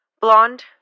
Blonde